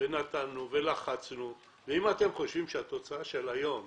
ונתנו ולחצנו, ואם אתם חושבים שהתוצאה של היום